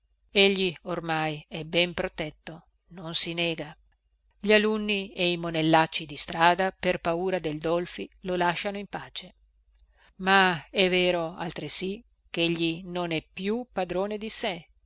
egli ormai è ben protetto non si nega gli alunni e i monellacci di strada per paura del dolfi lo lasciano in pace ma è vero altresì chegli non è più padrone di sé